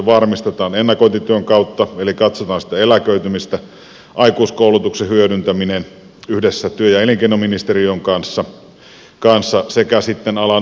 ennakointityön kautta eli katsotaan sitä eläköitymistä aikuiskoulutuksen hyödyntäminen yhdessä työ ja elinkeinoministeriön kanssa sekä sitten alan ulkopuolella työskentelevät